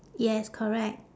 yes correct